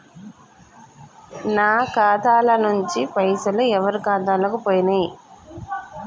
నా ఖాతా ల నుంచి పైసలు ఎవరు ఖాతాలకు పోయినయ్?